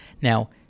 Now